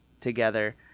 together